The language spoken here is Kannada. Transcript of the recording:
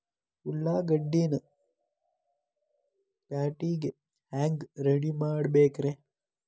ಉಳ್ಳಾಗಡ್ಡಿನ ಪ್ಯಾಟಿಗೆ ಹ್ಯಾಂಗ ರೆಡಿಮಾಡಬೇಕ್ರೇ?